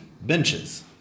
benches